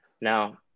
Now